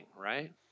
right